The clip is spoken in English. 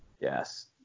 Yes